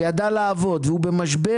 שידע לעבוד והוא במשבר,